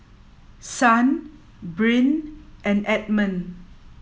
Son Brynn and Edmund